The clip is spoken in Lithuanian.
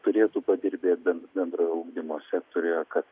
turėtų padirbėt ben bendrojo ugdymo sektoriuje kad